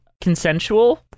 consensual